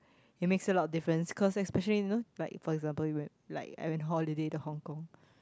it makes a lot of difference cause especially you know like for example we went like I went holiday to Hong-Kong